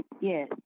Yes